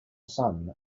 son